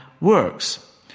works